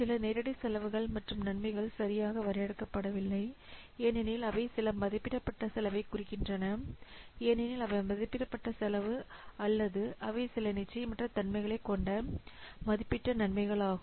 சில நேரடி செலவுகள் மற்றும் நன்மைகள் சரியாக வரையறுக்கப்படவில்லை ஏனெனில் அவை சில மதிப்பிடப்பட்ட செலவைக் குறிக்கின்றன ஏனெனில் அவை மதிப்பிடப்பட்ட செலவு அல்ல அல்லது அவை சில நிச்சயமற்ற தன்மைகளைக் கொண்ட மதிப்பிடப்பட்ட நன்மைகள் ஆகும்